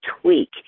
tweak